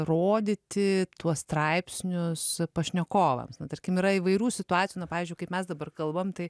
rodyti tuos straipsnius pašnekovams na tarkim yra įvairių situacijų na pavyzdžiui kaip mes dabar kalbam tai